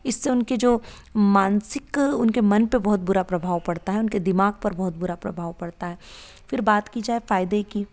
इससे उनकी जो मानसिक उनके मन पर बहुत बुरा प्रभाव पड़ता है उनके दिमाग पर बहुत बुरा प्रभाव पड़ता है फिर बात की जाए फायदे की